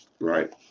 Right